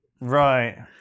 Right